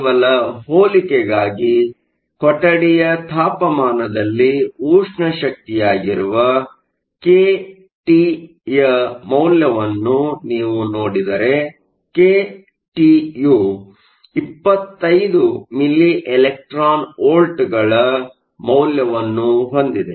ಕೇವಲ ಹೋಲಿಕೆಗಾಗಿ ಕೊಠಡಿಯ ತಾಪಮಾನದದಲ್ಲಿ ಉಷ್ಣ ಶಕ್ತಿಯಾಗಿರುವ kT ಯ ಮೌಲ್ಯವನ್ನು ನೀವು ನೋಡಿದರೆ kT ಯು 25 ಮಿಲಿ ಎಲೆಕ್ಟ್ರಾನ್ ವೋಲ್ಟ್ ಗಳ ಮೌಲ್ಯವನ್ನು ಹೊಂದಿದೆ